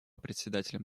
председателем